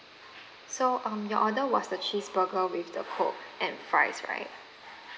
so um your order was the cheeseburger with the coke and fries right